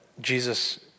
Jesus